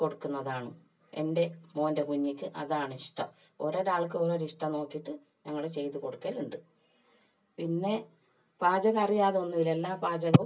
എൻ്റെ മോൻ്റെ കുഞ്ഞിക്ക് അതാണ് ഇഷ്ടം ഓരോ ഓരോ ആൾക്ക് ഓരോ ഓരോ ഇഷ്ടം നോക്കിയിട്ട് ഞങ്ങൾ ചെയ്ത് കൊടുക്കലുണ്ട് പിന്നെ പാചകം അറിയാതെ ഒന്നുമില്ല എല്ലാ പാചകവും